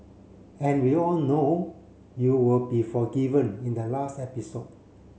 and we all know you will be forgiven in the last episode